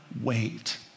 wait